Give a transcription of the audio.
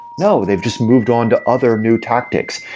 no, they've just moved on to other new tactics.